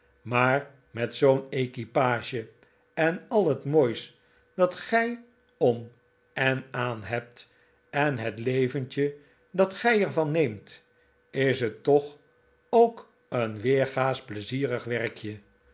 maar met zoo'n equipage en al het moois dat gij om en aan hebt en het leventje dat gij er van neemt is het toch ook een weergaasch pleizierig werkje